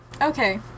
Okay